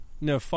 no